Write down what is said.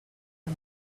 men